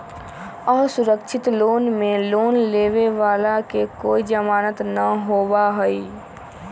असुरक्षित लोन में लोन लेवे वाला के कोई जमानत न होबा हई